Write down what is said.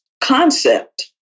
concept